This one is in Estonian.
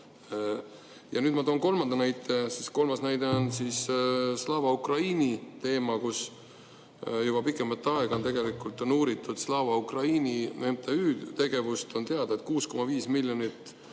Ja nüüd ma toon kolmanda näite. Kolmas näide on Slava Ukraini teema. Juba pikemat aega tegelikult on uuritud Slava Ukraini MTÜ tegevust. On teada, et 6,5 miljonit